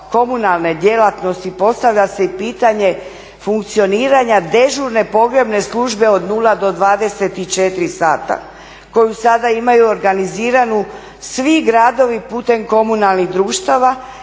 komunalne djelatnosti postavlja se pitanje funkcioniranja dežurne pogrebne službe od 0-24 sata koju sada imaju organiziranu svi gradovi putem komunalnih društava